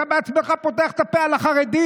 אתה בעצמך פותח את הפה על החרדים.